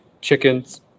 chickens